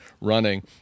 running